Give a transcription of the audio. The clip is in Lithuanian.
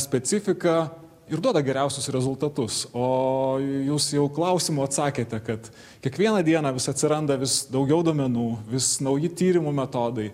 specifiką ir duoda geriausius rezultatus o jūs jau klausimu atsakėte kad kiekvieną dieną vis atsiranda vis daugiau duomenų vis nauji tyrimo metodai